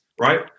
right